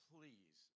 Please